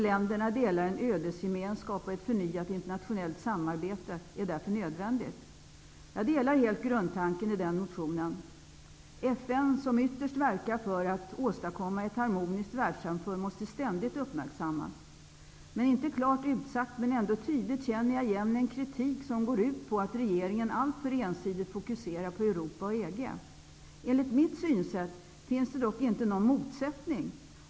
Länderna delar en ödesgemenskap. Ett förnyat internationellt samarbete är därför nödvändigt. Jag delar helt grundtanken i denna motion: FN som ytterst verkar för att åstadkomma ett harmoniskt världssamfund måste ständigt uppmärksammas. Inte klart utsagt, men ändå tydligt, känner jag igen en kritik som går ut på att regeringen alltför ensidigt fokuserar på Europa och EG. Enligt mitt synsätt finns det dock inte någon motsättning.